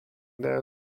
their